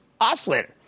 oscillator